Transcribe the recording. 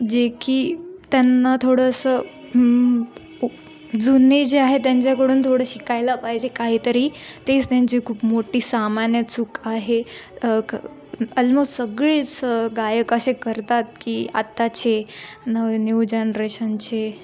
जे की त्यांना थोडंसं जुने जे आहे त्यांच्याकडून थोडं शिकायला पाहिजे काहीतरी तेच त्यांची खूप मोठी सामान्य चूक आहे क अलमोस्ट सगळेच गायक असे करतात की आत्ताचे न न्यू जनरेशनचे